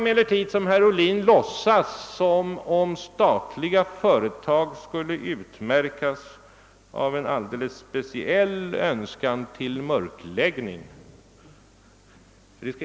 Herr Ohlin låtsas som om statliga företag skulle utmärkas av en alldeles speciell önskan om mörkläggning.